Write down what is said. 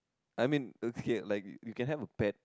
I mean okay like you can have a pet